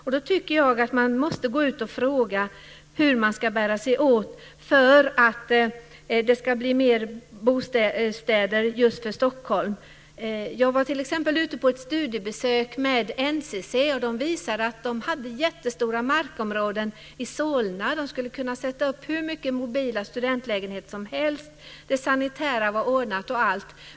Därför tycker jag att man måste gå ut och fråga hur man ska bära sig åt för att det ska bli fler bostäder i Stockholm. Jag har t.ex. varit ute på ett studiebesök med NCC, som visade att man har jättestora markområden i Solna. Man skulle kunna sätta upp hur många mobila studentlägenheter som helst. Det sanitära var ordnat osv.